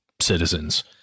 citizens